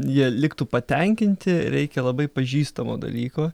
jie liktų patenkinti reikia labai pažįstamo dalyko